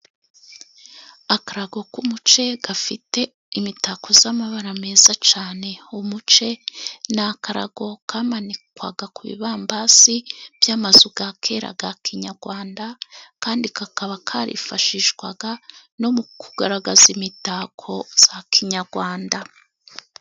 Akarago k'umuce gafite imitako z'amabara meza cyane . Umuce ni akarago kamanikwaga ku bibambasi by'amazu ya kera ya inyarwanda ,kandi kakaba karifashishwaga no mu kugaragaza imitako ya kinyarwanda.